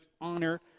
honor